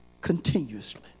continuously